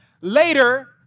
later